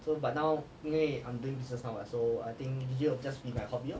so but now I'm doing business mah so I think you have just me my hobby